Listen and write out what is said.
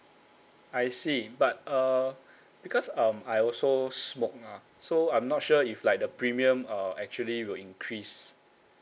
I see but uh because um I also smoke ah so I'm not sure if like the premium uh actually will increase